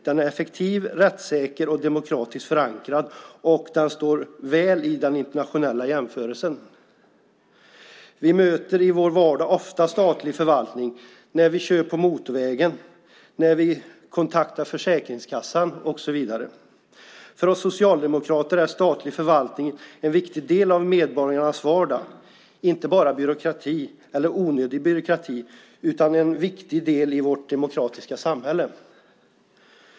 Den är effektiv, rättssäker och demokratiskt förankrad, och den står sig väl i en internationell jämförelse. Vi möter i vår vardag ofta statlig förvaltning, när vi kör på motorvägen, när vi kontaktar Försäkringskassan och så vidare. För oss socialdemokrater är statlig förvaltning en viktig del av medborgarnas vardag, inte bara byråkrati, eller onödig byråkrati, utan en viktig del i vårt demokratiska samhälle.